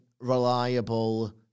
reliable